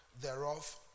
thereof